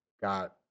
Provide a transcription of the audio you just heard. got